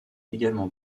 également